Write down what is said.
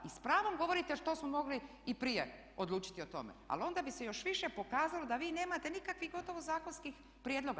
I s pravom govorite što smo mogli i prije odlučiti o tome, ali onda bi se još više pokazalo da vi nemate nikakvih gotovo zakonskih prijedloga.